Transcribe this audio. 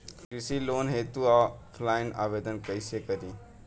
कृषि लोन हेतू ऑफलाइन आवेदन कइसे करि?